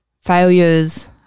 failures